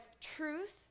truth